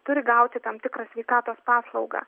turi gauti tam tikrą sveikatos paslaugą